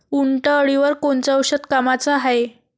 उंटअळीवर कोनचं औषध कामाचं हाये?